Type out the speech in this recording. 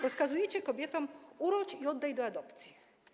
Rozkazujecie kobietom: urodź i oddaj do adopcji.